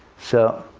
so